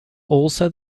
also